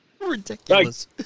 Ridiculous